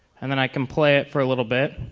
and then i can play it for a little bit.